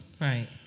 Right